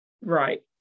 Right